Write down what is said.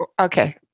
Okay